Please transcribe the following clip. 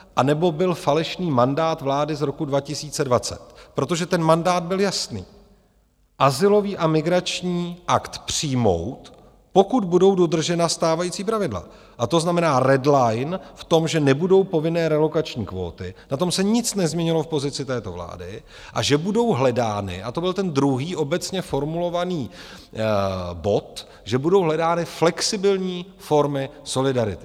Anebo byl falešný mandát vlády z roku 2020, protože ten mandát byl jasný: azylový a migrační akt přijmout, pokud budou dodržena stávající pravidla, a to znamená red line v tom, že nebudou povinné relokační kvóty na tom se nic nezměnilo v pozici této vlády a že budou hledány a to byl ten druhý obecně formulovaný bod že budou hledány flexibilní formy solidarity.